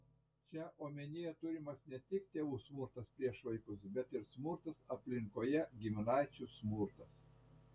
čia omenyje turimas ne tik tėvų smurtas prieš vaikus bet ir smurtas aplinkoje giminaičių smurtas